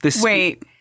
Wait